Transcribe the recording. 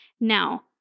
Now